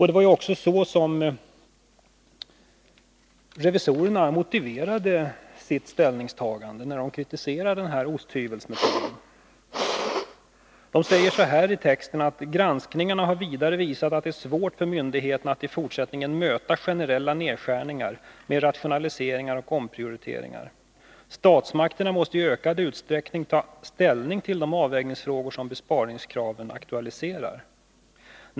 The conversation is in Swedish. Det var också så revisorerna motiverade sitt ställningstagande när de kritiserade den här osthyvelsmetoden. De säger så här i texten: ”Granskningen har vidare visat att det är svårt för myndigheterna att i fortsättningen möta generella nedskärningar med rationaliseringar och omprioriteringar. Statsmakterna måste i ökad utsträckning ta ställning till de avvägningsfrågor som besparingskraven aktualiserar.